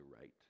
right